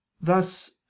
thus